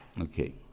Okay